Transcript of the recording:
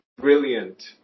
brilliant